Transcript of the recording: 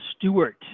Stewart